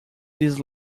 these